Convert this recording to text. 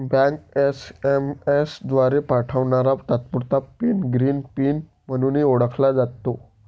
bank SMS द्वारे पाठवणारा तात्पुरता पिन ग्रीन पिन म्हणूनही ओळखला जातो